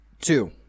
two